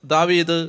David